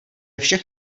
všech